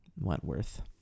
Wentworth